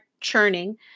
churning